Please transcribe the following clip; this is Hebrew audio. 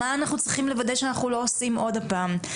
מה אנחנו צריכים לוודא שאנחנו לא עושים עוד הפעם?